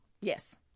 Yes